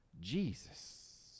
Jesus